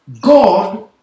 God